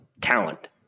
talent